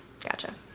Gotcha